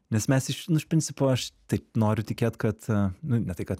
nes mes iš principo aš taip noriu tikėt kad nu ne tai kad